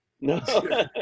No